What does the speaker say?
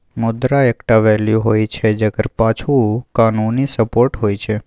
मुद्रा एकटा वैल्यू होइ छै जकर पाछु कानुनी सपोर्ट होइ छै